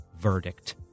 verdict